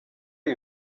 are